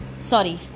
sorry